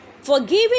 Forgiving